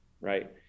right